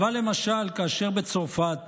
אבל למשל כאשר בצרפת